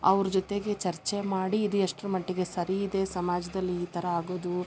ಅವ್ರ ಜೊತೆಗೆ ಚರ್ಚೆ ಮಾಡಿ ಇದು ಎಷ್ಟರ ಮಟ್ಟಿಗೆ ಸರಿ ಇದೆ ಸಮಾಜದಲ್ಲಿ ಈ ಥರ ಆಗೋದು